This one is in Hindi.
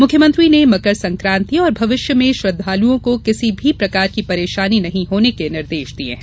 मुख्यमंत्री ने मकर संक्रांति और भविष्य में श्रद्वालुओं को किसी भी प्रकार की परेशानी नहीं होने निर्देश दिये हैं